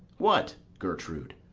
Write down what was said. what, gertrude?